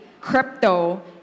crypto